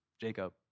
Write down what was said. Jacob